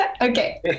Okay